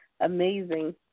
amazing